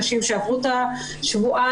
נשים שעברו את השבועיים,